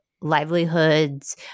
livelihoods